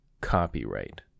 Copyright